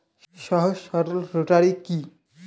সহজ সরল রোটারি কি?